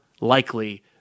likely